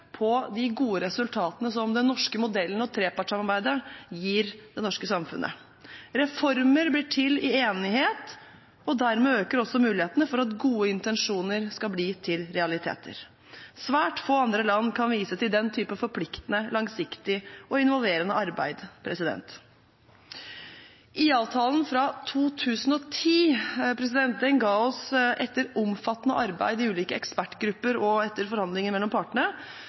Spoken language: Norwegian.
på de gode resultatene som den norske modellen og trepartssamarbeidet gir det norske samfunnet. Reformer blir til i enighet, og dermed øker også mulighetene for at gode intensjoner skal bli til realiteter. Svært få andre land kan vise til den type forpliktende, langsiktig og involverende arbeid. IA-avtalen fra 2010 ga oss – etter omfattende arbeid i ulike ekspertgrupper og etter forhandlinger mellom partene